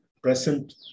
Present